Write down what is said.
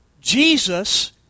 Jesus